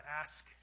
ask